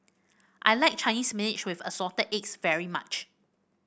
I like Chinese Spinach with Assorted Eggs very much